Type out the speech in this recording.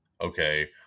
okay